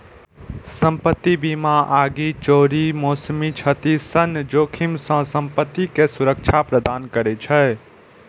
संपत्ति बीमा आगि, चोरी, मौसमी क्षति सन जोखिम सं संपत्ति कें सुरक्षा प्रदान करै छै